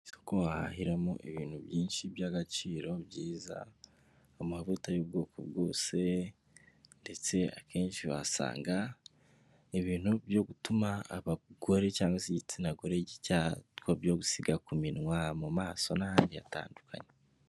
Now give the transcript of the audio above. Isoko wahahiramo ibintu byinshi by'agaciro byiza amavuta y'ubwoko bwose ndetse akenshi wasanga ibintu byo gutuma abagore cyangwa se igitsina gore icya byo gusiga ku minwa mu maso n'ahandi hatandukanye.